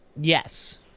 Yes